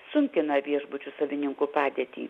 sunkina viešbučių savininkų padėtį